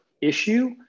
issue